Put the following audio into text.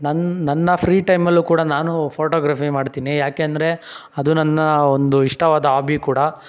ನನ್ನ ನನ್ನ ಫ್ರೀ ಟೈಮಲ್ಲೂ ಕೂಡ ನಾನು ಫೋಟೋಗ್ರಫಿ ಮಾಡ್ತೀನಿ ಯಾಕೆಂದರೆ ಅದು ನನ್ನ ಒಂದು ಇಷ್ಟವಾದ ಹಾಬಿ ಕೂಡ